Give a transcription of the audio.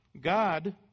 God